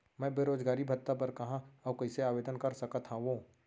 मैं बेरोजगारी भत्ता बर कहाँ अऊ कइसे आवेदन कर सकत हओं?